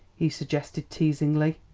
he suggested teasingly.